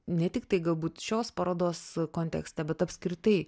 ne tiktai galbūt šios parodos kontekste bet apskritai